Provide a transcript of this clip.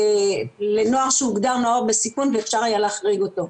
לנוער שהוגדר נוער בסיכון ואפשר היה להחריג אותו,